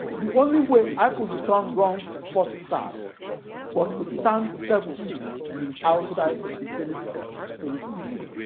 the only way i could return ron's first serves was to stand several feet outside the tennis court to receive them.